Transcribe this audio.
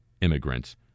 immigrants